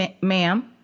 ma'am